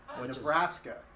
Nebraska